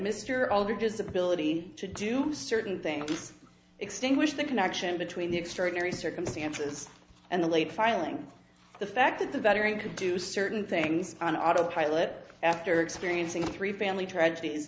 mr alter disability to do certain things extinguish the connection between the extraordinary circumstances and the late filing the fact that the veteran could do certain things on autopilot after experiencing three family tragedies